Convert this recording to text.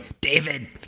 david